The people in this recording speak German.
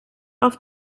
auf